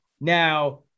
now